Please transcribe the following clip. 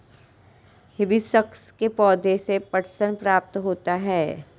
hibiscus के पौधे से पटसन प्राप्त होता है